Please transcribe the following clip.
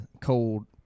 cold